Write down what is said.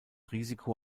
risiko